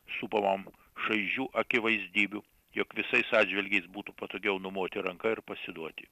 supamam šaižių akivaizdybių jog visais atžvilgiais būtų patogiau numoti ranka ir pasiduoti